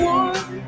one